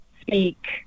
speak